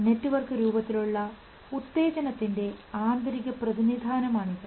network രൂപത്തിലുള്ള ഉത്തേജനത്തിൻറെ ആന്തരിക പ്രതിനിധാനം ആണിത്